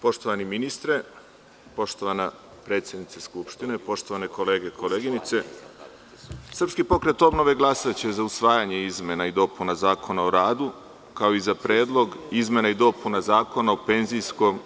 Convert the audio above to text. Poštovani ministre, poštovana predsednice Skupštine, poštovane kolege i koleginice, SPO glasaće za usvajanje izmena i dopuna Zakona o radu, kao i za Predlog izmena i dopuna Zakona o PIO.